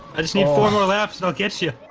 i just need four more laps and i'll get you